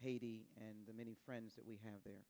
haiti and the many friends that we have there